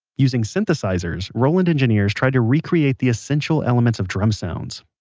using synthesizers, roland engineers tried to recreate the essential elements of drum sounds.